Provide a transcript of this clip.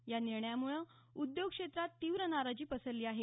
या निर्णयाम्ळं उद्योग क्षेत्रात तीव्र नाराजी पसरली आहे